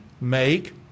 make